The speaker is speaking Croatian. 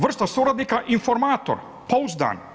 Vrsta suradnika informator, pouzdan.